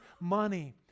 money